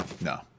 no